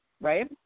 right